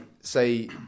say